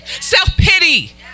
self-pity